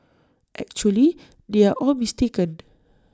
actually they are all mistaken